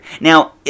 now